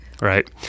Right